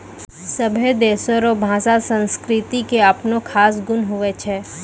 सभै देशो रो भाषा संस्कृति के अपनो खास गुण हुवै छै